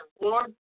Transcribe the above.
Lord